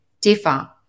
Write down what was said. differ